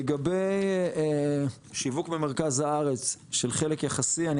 לגבי שיווק במרכז הארץ של חלק יחסי.